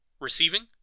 receiving